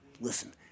listen